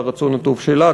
והרצון הטוב שלה,